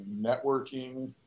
networking